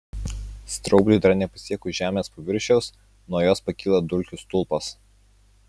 straubliui dar nepasiekus žemės paviršiaus nuo jos pakyla dulkių stulpas